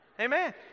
Amen